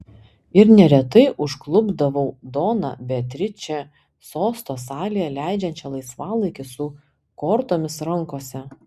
ir neretai užklupdavau doną beatričę sosto salėje leidžiančią laisvalaikį su kortomis rankose